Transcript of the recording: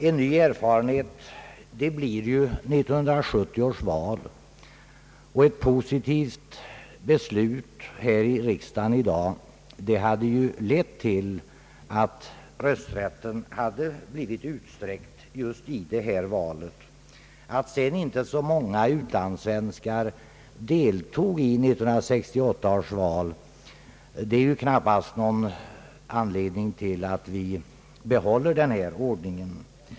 En ny erfarenhet ges vid 1970 års val, och eti positivt beslut här i riksdagen i dag skulle ju leda till att rösträtten blivit utsträckt just vid detta val. Att sedan inte så många utlandssvenskar deltog i 1968 års val är knappast någon motivering för att behålla nuvarande ordning.